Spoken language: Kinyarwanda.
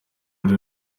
ari